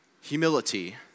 humility